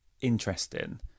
interesting